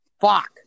fuck